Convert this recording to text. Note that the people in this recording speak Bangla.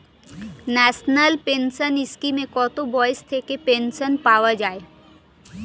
ন্যাশনাল পেনশন স্কিমে কত বয়স থেকে পেনশন পাওয়া যায়?